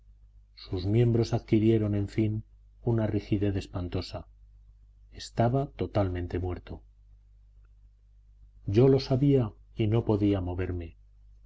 sus miembros adquirieron en fin una rigidez espantosa estaba totalmente muerto yo lo sabía y no podía moverme